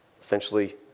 essentially